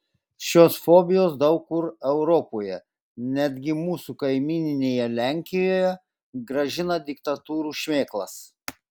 šios fobijos daug kur europoje netgi mūsų kaimyninėje lenkijoje grąžina diktatūrų šmėklas